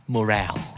Morale